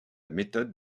méthode